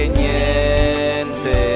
niente